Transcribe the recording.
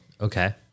Okay